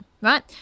right